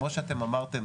כמו שאתם אמרתם,